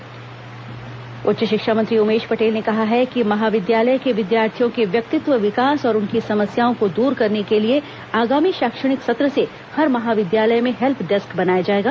महाविद्यालय help desk उच्च शिक्षा मंत्री उमेश पटेल ने कहा है कि महाविद्यालय के विद्यार्थियों के व्यक्तित्व विकास और उनकी समस्याओं को दूर करने के लिए आगामी शैक्षणिक सत्र से हर महाविद्यालय में हेल्प डेस्क बनाया जाएगा